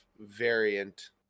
variant